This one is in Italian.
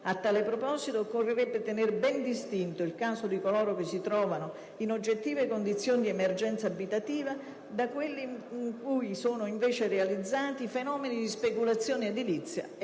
a tale proposito, occorrerebbe tenere almeno ben distinto il caso di coloro che si trovano in oggettive condizioni di emergenza abitativa da quello in cui sono, invece, realizzati fenomeni di speculazione edilizia.